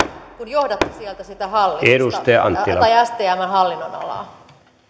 kun johdatte sieltä sitä stmn hallinnonalaa kiitos arvoisa